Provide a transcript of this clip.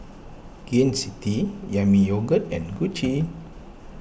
Gain City Yami Yogurt and Gucci